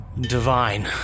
divine